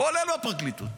כולל בפרקליטות.